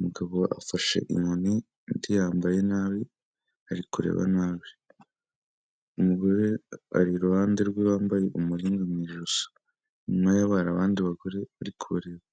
mugabo afashe inkoni undi yambaye nabi ari kureba nabi, umugore ari iruhande rw'abambaye umuringa mu ijosi, inyuma yabo hari abandi bagore bari kubareba.